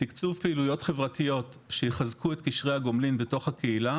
תקצוב פעילויות חברתיות שיחזקו את קשרי הגומלין בתוך הקהילה